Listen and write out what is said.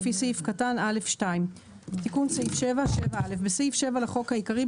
לפי סעיף קטן (א)(2)." תיקון סעיף 7 7א. בסעיף 7 לחוק העיקרי,